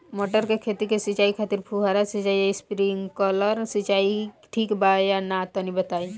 मटर के खेती के सिचाई खातिर फुहारा सिंचाई या स्प्रिंकलर सिंचाई ठीक बा या ना तनि बताई?